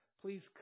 please